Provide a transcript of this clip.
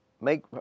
make